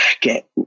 get